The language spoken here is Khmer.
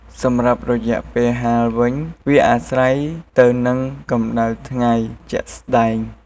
សម្រាប់រយៈពេលហាលវិញវាអាស្រ័យទៅនឹងកម្តៅថ្ងៃជាក់ស្តែង។